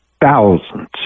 Thousands